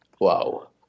Wow